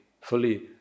fully